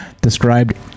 described